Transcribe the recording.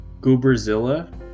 Gooberzilla